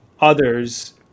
others